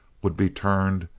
would be turned,